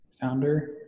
founder